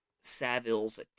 Saville's